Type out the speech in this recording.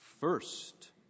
First